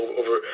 over